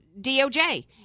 DOJ